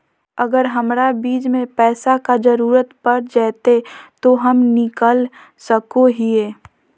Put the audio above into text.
अगर हमरा बीच में पैसे का जरूरत पड़ जयते तो हम निकल सको हीये